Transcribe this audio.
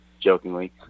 jokingly